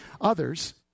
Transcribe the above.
others